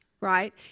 right